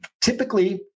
typically